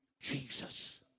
Jesus